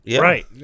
Right